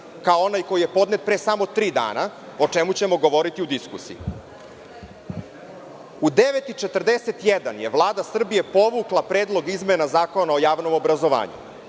kao onaj koji je podnet pre samo tri dana, o čemu ćemo govoriti u diskusiji. U 9,41 časova je Vlada Srbije povukla Predlog izmena Zakona o javnom obrazovanju.